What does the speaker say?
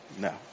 No